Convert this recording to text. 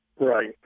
Right